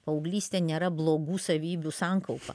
paauglystė nėra blogų savybių sankaupa